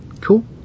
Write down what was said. cool